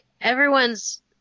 Everyone's